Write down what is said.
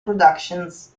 productions